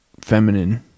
feminine